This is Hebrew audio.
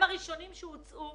הם הראשונים שהוצאו